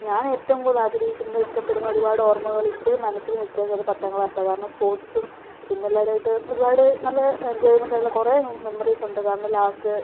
ഞാൻ ഏറ്റവും കൂടുതൽ ആഗ്രഹിക്കുന്നത് ഇഷ്ടപ്പെടുന്നത് ഒരുപാട് ഓർമ്മകൾ ഇപ്പോഴും മനസ്സിൽ നിൽക്കുന്നത് പത്താം ക്ലാസ് ആണ് കാരണം സ്പോർട്ട്സും പിന്നെ എല്ലാവരുമായിട്ട് ഒരുപാട് നല്ല എൻജോയ്മെന്റ് ഉള്ള കുറേ മെമ്മറീസ് ഉണ്ട് കാരണം ലാസ്റ്റ്